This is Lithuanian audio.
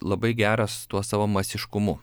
labai geras tuo savo masiškumu